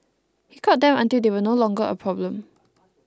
he caught them until they were no longer a problem